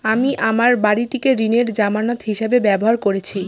আমি আমার বাড়িটিকে ঋণের জামানত হিসাবে ব্যবহার করেছি